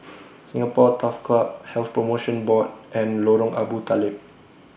Singapore Turf Club Health promotion Board and Lorong Abu Talib